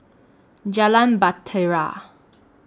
Jalan Bahtera